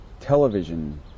television